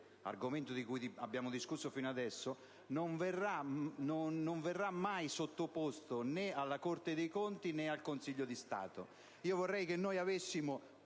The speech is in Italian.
argomento di cui abbiamo discusso fino ad ora, non sarà mai sottoposto al vaglio della Corte dei conti, né del Consiglio di Stato.